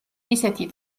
ისეთი